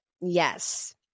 yes